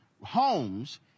homes